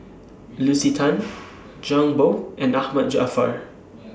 Lucy Tan Zhang Bohe and Ahmad Jaafar